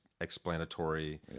explanatory